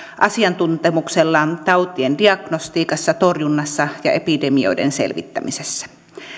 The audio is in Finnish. asiantuntemuksellaan tautien diagnostiikassa torjunnassa ja epidemioiden selvittämisessä